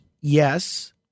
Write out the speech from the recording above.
yes